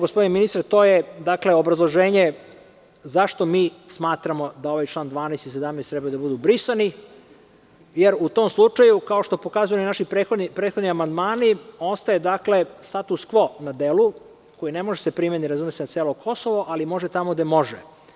Gospodine ministre, to je obrazloženje zašto mi smatramo da ovaj član 12. i 17. treba da budu brisani, jer u tom slučaju, kao što pokazuju i naši prethodni amandmani ostaje status kvo na delu koji ne može da se primeni, razume se, na celo Kosovo, ali može tamo gde može.